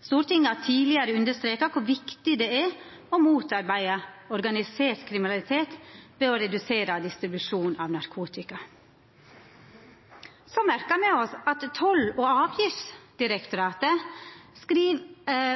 Stortinget har tidlegare understreka kor viktig det er å motarbeida organisert kriminalitet ved å redusera distribusjon av narkotika. Me merkar oss at Toll- og avgiftsdirektoratet skriv